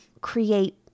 create